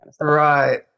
Right